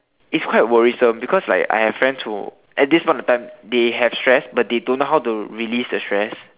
it's quite worrisome because like I have friends who at this point of time they have stress but they don't know how to release the stress